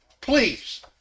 Please